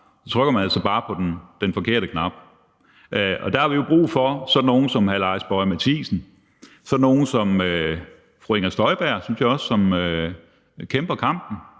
trykker de altså bare på den forkerte knap. Der har vi jo brug for sådan nogle som hr. Lars Boje Mathiesen, sådan nogle som fru Inger Støjberg, synes jeg